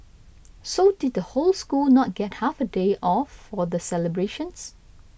so did the whole school not get half day off for the celebrations